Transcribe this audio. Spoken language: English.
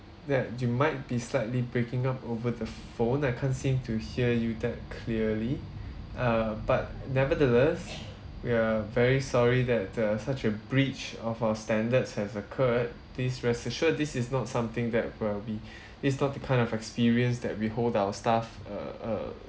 that you might be slightly breaking up over the phone I can't seem to hear you that clearly err but nevertheless we are very sorry that uh such a breach of our standards has occurred please rest assured this is not something that uh we it's not the kind of experience that we hold our staff err err